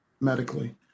medically